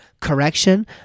correction